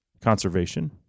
conservation